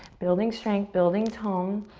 building strength, building tone.